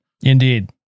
Indeed